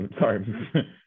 sorry